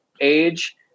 age